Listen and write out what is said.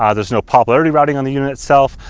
ah there's no popularity routing on the unit itself,